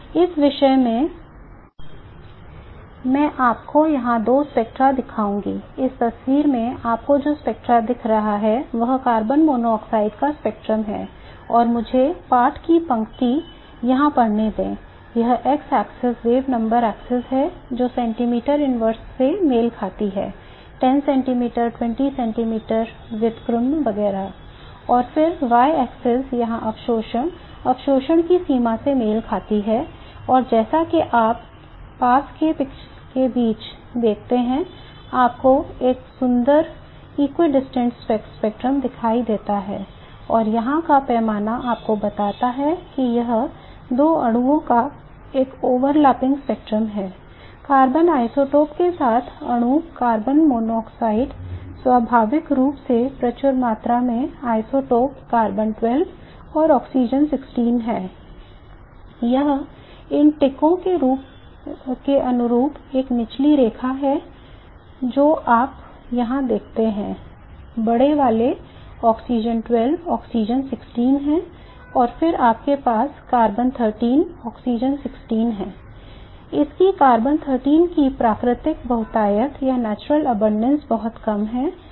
इस विषय के अगले टॉपिक पर आगे बढ़ने से पहले आइए हम कुछ द्विपरमाणुक आण्विक स्पेक्ट्रमों बहुत कम है